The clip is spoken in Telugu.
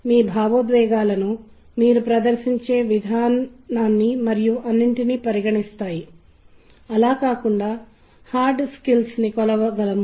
మీరు ఏదైనా విన్నప్పుడు మీరు సాధారణంగా ధ్వని గురించి ఆలోచించరు కానీ మీరు సాధారణంగా మీ కళ్ళు మూసుకుని మూలాన్ని గుర్తించడానికి ప్రయత్నిస్తున్నారు